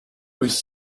was